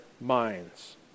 minds